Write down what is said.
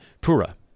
Pura